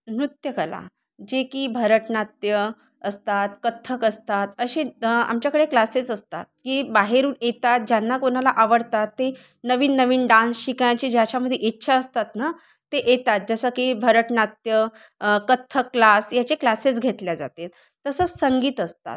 नृत्यकला जे की भरतनाट्यम असतात कथ्थक असतात असे द आमच्याकडे क्लासेस असतात की बाहेरून येतात ज्यांना कोणाला आवडतात ते नवीन नवीन डान्स शिकायचे ज्या ह्याच्यामध्ये इच्छा असतात ना ते येतात जसं की भरतनाट्य कथ्थक क्लास याचे क्लासेस घेतले जातात तसंच संगीत असतात